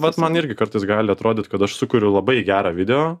vat man irgi kartais gali atrodyt kad aš sukuriu labai gerą video